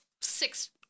six